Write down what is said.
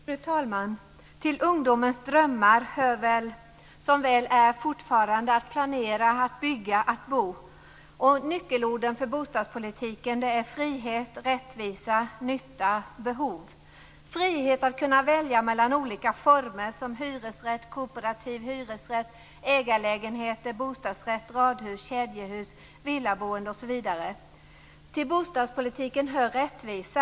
Fru talman! Till ungdomens drömmar hör som väl är fortfarande att planera, att bygga, att bo. Nyckelord för bostadspolitiken är frihet, rättvisa, nytta, behov. Det är frihet att kunna välja mellan olika boendeformer som hyresrätt, kooperativ hyresrätt, ägarlägenheter, bostadsrätt, radhus, kedjehus, villaboende osv. Till bostadspolitiken hör rättvisa.